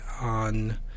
on